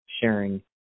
sharing